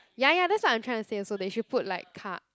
ya ya that's what I'm trying to say also they should put like car